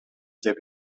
деп